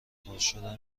پرشده